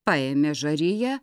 paėmė žariją